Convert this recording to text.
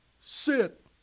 sit